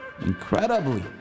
incredibly